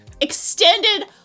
extended